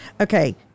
okay